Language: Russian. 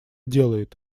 делает